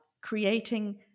creating